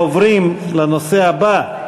אנחנו עוברים לנושא הבא,